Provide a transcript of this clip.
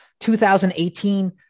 2018